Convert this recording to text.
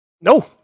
No